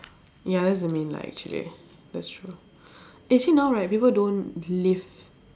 ya that's the main lah actually that's true actually now right people don't live